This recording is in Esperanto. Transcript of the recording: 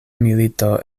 milito